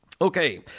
Okay